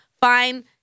fine